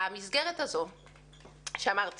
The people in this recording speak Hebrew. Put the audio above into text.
המסגרת הזו גדלה,